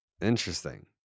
interesting